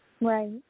Right